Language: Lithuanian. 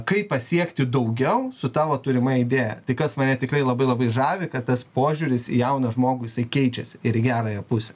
kaip pasiekti daugiau su tavo turima idėja tai kas mane tikrai labai labai žavi tas požiūris į jauną žmogų jisai keičiasi ir į gerąją pusę